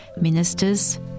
Ministers